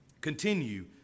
continue